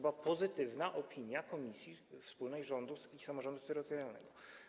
Była pozytywna opinia Komisji Wspólnej Rządu i Samorządu Terytorialnego.